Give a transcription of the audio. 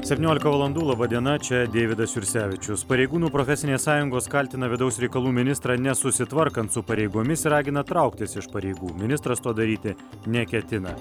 septyniolika valandų laba diena čia deividas jursevičius pareigūnų profesinės sąjungos kaltina vidaus reikalų ministrą nesusitvarkant su pareigomis ragina trauktis iš pareigų ministras to daryti neketina